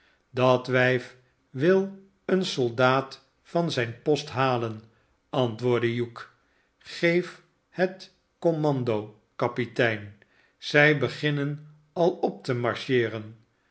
dat wijf wil een soldaat van zijn post halen antwoordde hugh geef het commando kapitein zij beginnen al op te marcheeren